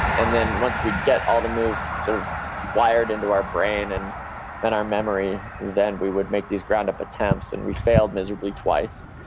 and then once we get all the moves sort of wired into our brain and then our memory, then we would make these ground up attempts. and we failed miserably twice.